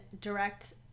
direct